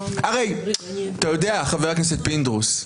הרי אתה יודע, חבר הכנסת פינדרוס,